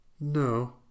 No